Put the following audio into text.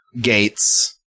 Gates